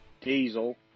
Diesel